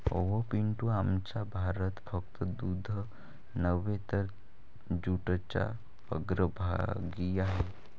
अहो पिंटू, आमचा भारत फक्त दूध नव्हे तर जूटच्या अग्रभागी आहे